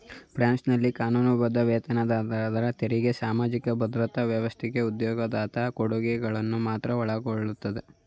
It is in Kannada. ಫ್ರಾನ್ಸ್ನಲ್ಲಿ ಕಾನೂನುಬದ್ಧ ವೇತನದಾರರ ತೆರಿಗೆ ಸಾಮಾಜಿಕ ಭದ್ರತಾ ವ್ಯವಸ್ಥೆ ಉದ್ಯೋಗದಾತ ಕೊಡುಗೆಗಳನ್ನ ಮಾತ್ರ ಒಳಗೊಳ್ಳುತ್ತೆ